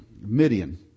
Midian